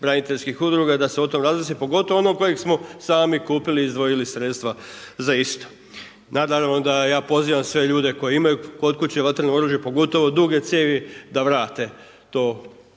braniteljskih udruga da se o tome razmisli, pogotovo onog kojeg smo sami kupili i izdvojili sredstva za isto. Naravno da ja pozivam sve ljude koji imaju kod kuće vatreno oružje, pogotovo duge cijevi da vrate to